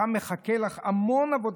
שם מחכה לך המון עבודה,